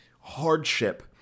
hardship